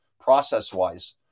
process-wise